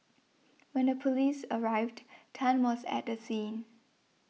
when the police arrived Tan was at the scene